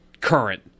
current